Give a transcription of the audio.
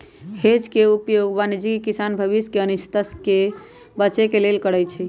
hedge के उपयोग वाणिज्यिक किसान भविष्य के अनिश्चितता से बचे के लेल करइ छै